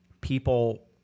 people